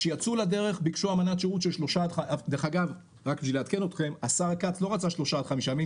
דרך אגב רק בשביל לעדכן אתכם השר כץ לא רצה שלושה עד חמישה ימים,